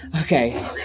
Okay